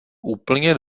úplně